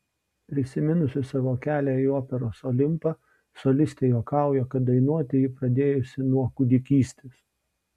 prisiminusi savo kelią į operos olimpą solistė juokauja kad dainuoti ji pradėjusi nuo kūdikystės